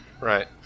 Right